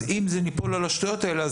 אם זה ניפול על השטויות האלה,